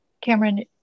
Cameron